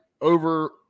over